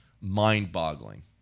mind-boggling